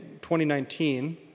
2019